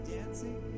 dancing